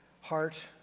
heart